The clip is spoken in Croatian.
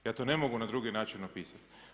Ja to ne mogu na drugi način opisati.